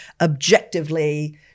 objectively